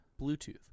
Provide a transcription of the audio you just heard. bluetooth